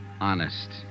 Honest